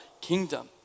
kingdom